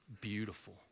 Beautiful